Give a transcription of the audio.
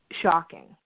shocking